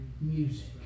Music